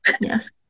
Yes